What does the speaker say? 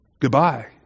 goodbye